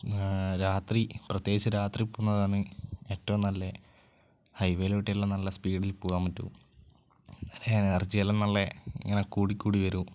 രാത്രി പ്രത്യേകിച്ച് രാത്രി പോകുന്നതാണ് ഏറ്റവും നല്ലത് ഹൈവേയിലൂടെയെല്ലാം നല്ല സ്പീഡിൽ പോകാൻ പറ്റും എനർജിയെല്ലാം നല്ല ഇങ്ങനെ കൂടിക്കൂടി വരും